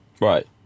Right